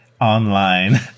online